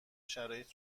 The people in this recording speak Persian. شرایط